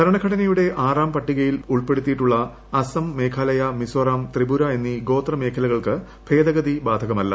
ഭരണഘടനയുടെ ആറാം പട്ടികയിൽ ഉൾപ്പെടുത്തിയിട്ടുള്ള അസം മേഘാലയ മിസോറം ത്രിപുര എന്നീ ഗോത്രമേഖലകൾക്ക് ഭേദഗതി ബാധകമല്ല